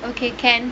okay can